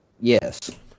Yes